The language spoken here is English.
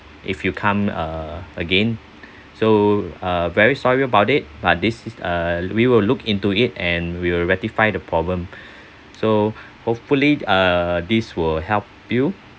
if you come uh again so uh very sorry about it but this is uh we will look into it and we will rectify the problem so hopefully uh this will help you